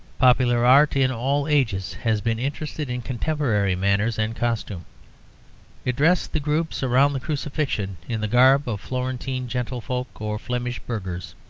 popular art in all ages has been interested in contemporary manners and costume it dressed the groups around the crucifixion in the garb of florentine gentlefolk or flemish burghers.